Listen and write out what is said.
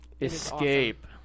Escape